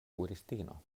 kuiristino